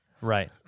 right